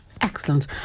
Excellent